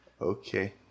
Okay